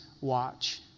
watch